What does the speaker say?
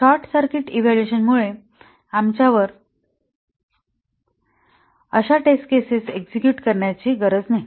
short circuit evaluation मुळे आमच्यावर अशा टेस्ट केसेस एक्सिक्युट करण्याची गरज नाही